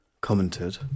commented